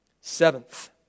Seventh